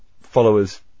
followers